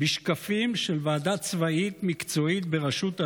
בשקפים של ועדה צבאית מקצועית בראשות אלוף,